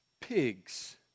pig's